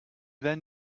then